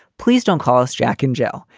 please don't call us jack and jill.